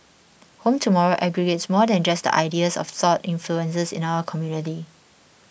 Home Tomorrow aggregates more than just the ideas of thought influences in our community